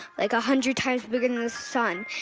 like, a hundred times bigger than the sun,